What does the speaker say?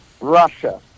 Russia